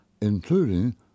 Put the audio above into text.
including